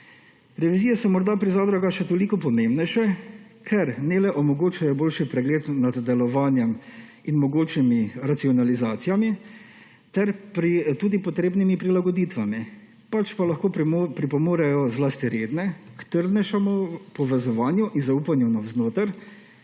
Revizije so morda pri zadrugah še toliko pomembnejše, ker ne le omogočajo boljši pregled nad delovanjem in mogočimi racionalizacijami ter tudi potrebnimi prilagoditvami, pač pa lahko pripomorejo, zlasti redne, k trdnejšemu povezovanju in zaupanju navznotraj,